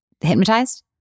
hypnotized